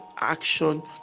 action